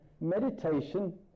Meditation